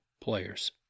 players